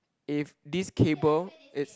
if this cable is